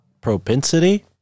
Propensity